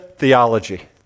theology